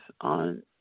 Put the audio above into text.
on